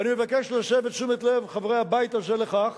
ואני מבקש להסב את תשומת לב חברי הבית הזה לכך